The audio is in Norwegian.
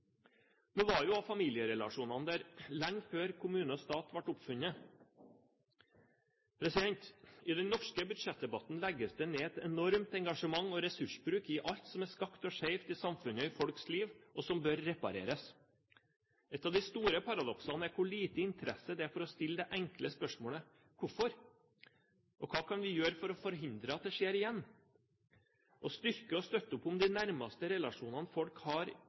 Nå var også familierelasjonene der lenge før kommune og stat ble oppfunnet. I den norske budsjettdebatten legges det ned et enormt engasjement og enorm ressursbruk i alt som er skakt og skeivt i samfunnet og i folks liv, og som bør repareres. Et av de store paradoksene er hvor lite interesse det er for å stille det enkle spørsmålet: Hvorfor? Hva kan vi gjøre for å forhindre at det skjer igjen? Å styrke og støtte opp om de nærmeste relasjonene folk har